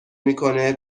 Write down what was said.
میکنه